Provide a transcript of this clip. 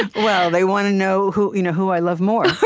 well, they want to know who you know who i love more,